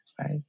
right